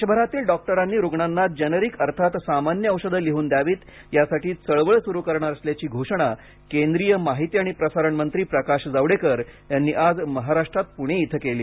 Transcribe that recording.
देशभरातील डॉक्टरांनी रुग्णांना जेनेरिक अर्थात सामान्य औषधे लिहून द्यावीत यासाठी चळवळ सुरु करणार असल्याची घोषणा केंद्रीय माहिती आणि प्रसारण मंत्री प्रकाश जावडेकर यांनी आज महाराष्ट्रात पुणे इथं केली